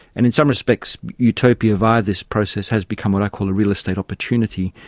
and in some respects utopia via this process has become what i call a real estate opportunity,